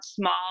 small